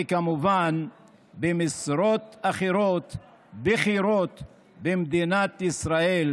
וכמובן במשרות בכירות אחרות במדינת ישראל,